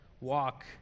walk